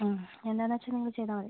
ആ എന്താണെന്ന് വെച്ചാൽ നിങ്ങൾ ചെയ്താൽ മതി